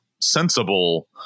sensible